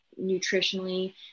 nutritionally